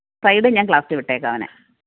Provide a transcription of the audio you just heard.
Friday ഞാന് ക്ലാസ്സില് വിട്ടേക്കാം അവനെ